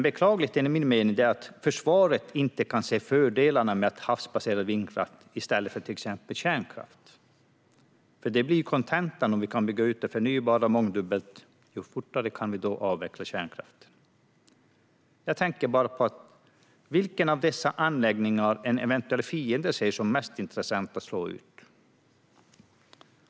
Beklagligt enligt min mening är att försvaret inte kan se fördelarna med havsbaserad vindkraft i stället för till exempel kärnkraft. Det blir ju kontentan: Om vi kan bygga ut det förnybara mångdubbelt kan vi avveckla kärnkraften fortare. Jag tänker bara på vilken av dessa anläggningar en eventuell fiende skulle se som mest intressant att slå ut.